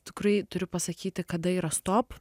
tikrai turiu pasakyti kada yra stop